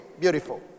beautiful